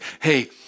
hey